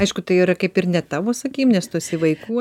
aišku tai yra kaip ir ne tavo sakykim nes tu esi vaikų